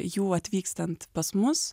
jų atvykstant pas mus